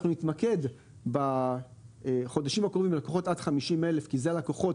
אנחנו נתמקד בחודשים הקרובים בלקוחות עד 50,000 כי זה הלקוחות.